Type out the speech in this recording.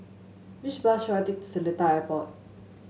which bus should I take to Seletar Airport